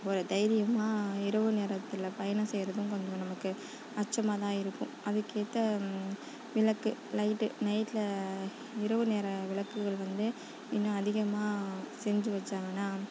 ஒரு தையிரியமா இரவு நேரத்தில் பயணம் செய்கிறதும் கொஞ்சம் நமக்கு அச்சமாகதான் இருக்கும் அதுக்கேற்ற விளக்கு லைட் நைட்ல இரவு நேர விளக்குகள் வந்து இன்னும் அதிகமாக செஞ்சு வச்சாங்கனால்